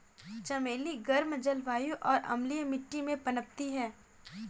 चमेली गर्म जलवायु और अम्लीय मिट्टी में पनपती है